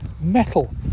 metal